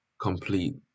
complete